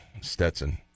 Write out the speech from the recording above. Stetson